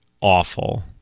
awful